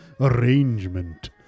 arrangement